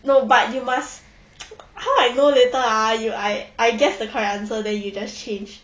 no but you must how I know later ah you I I guess the correct answer then you just change